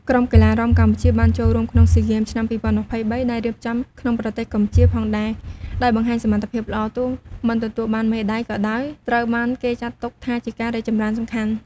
ក្រុមកីឡារាំកម្ពុជាបានចូលរួមក្នុងស៊ីហ្គេម ឆ្នាំ ២០២៣ ដែលរៀបចំក្នុងប្រទេសកម្ពុជាផងដែរ ដោយបង្ហាញសមត្ថភាពល្អ ទោះមិនទទួលបានមេដៃក៏ដោយ ត្រូវបានគេចាត់ទុកថាជាការរីកចម្រើនសំខាន់។